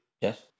Yes